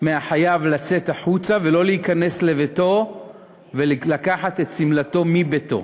מהחייב לצאת החוצה ולא להיכנס לביתו ולקחת את שמלתו מביתו,